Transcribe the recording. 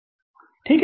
124 है